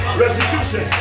restitution